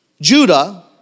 Judah